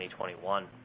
2021